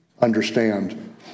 understand